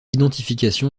identification